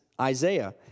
Isaiah